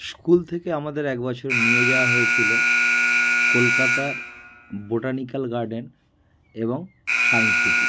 school থেকে আমাদের এক বছর নিয়ে যাওয়া হয়েছিলো কলকাতার বোটানিকাল গার্ডেন এবং সাইন্স সিটি